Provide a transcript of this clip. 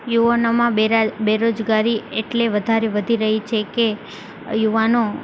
યુવાનોમાં બેરોજગારી એટલે વધારે વધી રહી છે કે યુવાનો